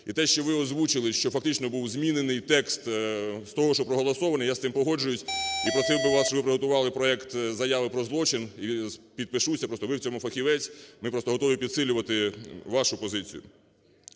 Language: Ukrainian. І те, що ви озвучили, що фактично був змінений текст з того, що проголосований, я з тим погоджуюсь, і просив би вас, щоб ви приготували проект заяви про злочин, і підпишуся, просто ви в цьому фахівець. Ми просто готові підсилювати вашу позицію.